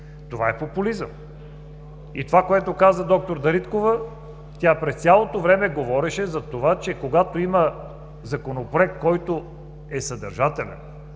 това е популизъм. Това, което каза д-р Дариткова – през цялото време говореше за това, че когато има Законопроект, който е съдържателен,